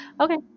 Okay